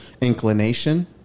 Inclination